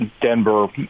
Denver